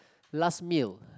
last meal